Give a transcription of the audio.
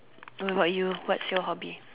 what about you what's your hobby